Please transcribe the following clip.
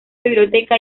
biblioteca